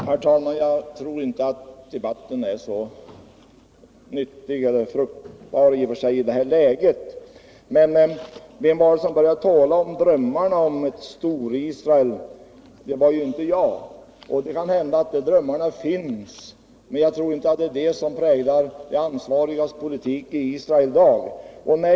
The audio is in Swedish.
Herr talman! Jag tror inte att denna debatt är så nyttig eller fruktbar i nuvarande läge. Vem var det som började tala om drömmarna om ett Stor Israel? Det var inte jag. Det kan hända att de drömmarna finns, men jag tror inte att det är de som präglar de ansvarigas politik i Israel i dag.